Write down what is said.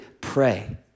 pray